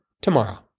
tomorrow